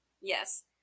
yes